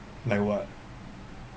like what